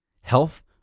health